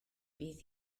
bydd